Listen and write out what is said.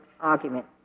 argument